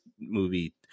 movie